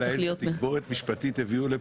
זה צריך להיות --- איזה תגבורת משפטית הביאו לפה.